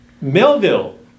Melville